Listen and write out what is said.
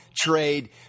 trade